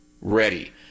ready